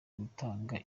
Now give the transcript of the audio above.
gutanga